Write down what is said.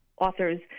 authors